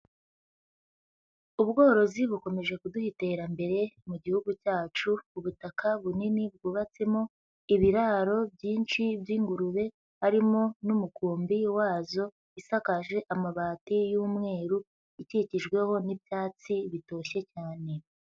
Ubworozi bukomeje kuduha iterambere mu gihugu cyacu, ubutaka bunini bwubatsemo ibiraro byinshi by'ingurube, harimo n'umukumbi wazo, isakaje amabati y'umweru, ikikijweho n'ibyatsi, bitoshye cyane.